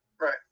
right